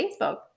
Facebook